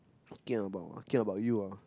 talking about talking about you ah